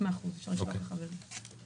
אנחנו שומעים הרבה התייחסויות למה שקורה באירופה,